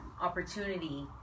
opportunity